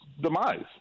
demise